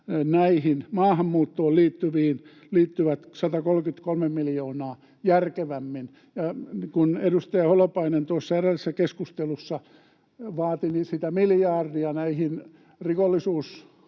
maahanmuuttoon liittyvät 133 miljoonaa järkevämmin. Edustaja Holopainen tuossa edellisessä keskustelussa vaati sitä miljardia rikollisuuskohteisiin,